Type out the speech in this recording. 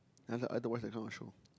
and after that I don't watch that kind of show